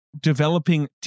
developing